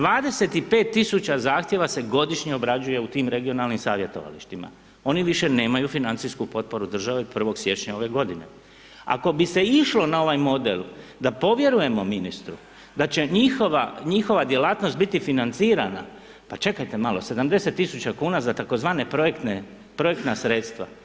25.000 zahtjeva se godišnje obrađuje u tim regionalnim savjetovalištima, oni više nemaju financijsku potporu države od 1. siječnja ove godine, ako bi se išlo na ovaj model da povjerujemo ministru, da će njihova djelatnost biti financirana, pa čekajte malo 70.000 kuna za tzv. projekte, projektna sredstva.